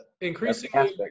increasingly